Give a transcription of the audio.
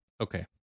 Okay